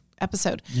episode